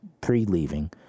pre-leaving